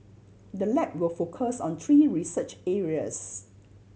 the lab will focus on three research areas